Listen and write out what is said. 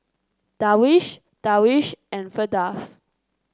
Darwish Darwish and Firdaus